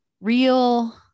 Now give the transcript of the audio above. real